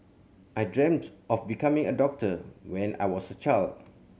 I dreamt of becoming a doctor when I was a child